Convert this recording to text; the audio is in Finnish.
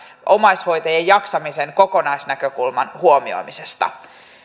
omaishoitajien jaksamisen kokonaisnäkökulman huomioimisessa